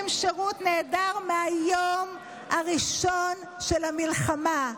שירות נהדר מהיום הראשון של המלחמה,